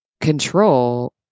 control